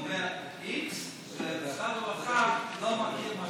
אומר x ומשרד הרווחה לא מכיר,